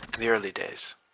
the early days.